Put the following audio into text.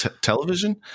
television